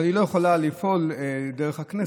אבל היא לא יכולה לפעול דרך הכנסת,